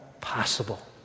possible